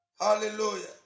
Hallelujah